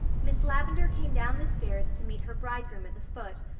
miss lavendar came down the stairs to meet her bridegroom at the foot,